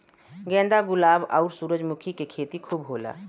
गेंदा गुलाब आउर सूरजमुखी के खेती खूब होला